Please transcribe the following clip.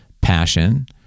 passion